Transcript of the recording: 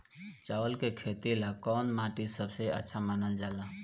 चावल के खेती ला कौन माटी सबसे अच्छा मानल जला?